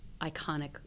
iconic